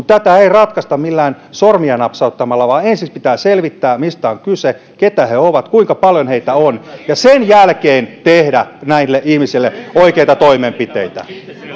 tätä ei ratkaista mitenkään sormia napsauttamalla vaan ensiksi pitää selvittää mistä on kyse keitä he ovat kuinka paljon heitä on ja sen jälkeen pitää tehdä näille ihmisille oikeita toimenpiteitä